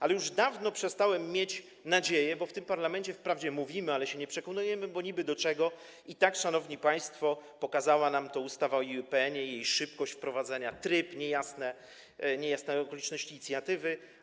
Ale już dawno przestałem mieć taką nadzieję, bo w tym parlamencie wprawdzie mówimy, ale się nie przekonujemy, bo niby do czego, szanowni państwo, pokazała nam to ustawa o IPN-ie, szybkość jej wprowadzenia, tryb, niejasne okoliczności inicjatywy.